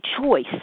choice